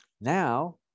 now